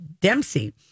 Dempsey